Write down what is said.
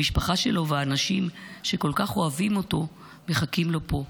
המשפחה שלו והאנשים שכל כך אוהבים אותו מחכים לו פה.